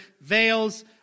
veils